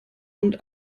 und